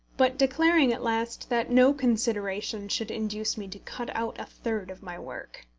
but declaring at last that no consideration should induce me to cut out a third of my work.